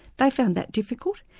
they found that difficult.